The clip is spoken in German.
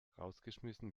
rausgeschmissen